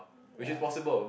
ya